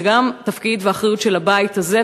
זה גם תפקיד ואחריות של הבית הזה,